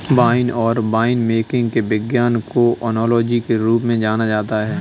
wine और winemaking के विज्ञान को ओनोलॉजी के रूप में जाना जाता है